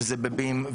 שזה ב-BIM,